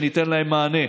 שניתן להם מענה.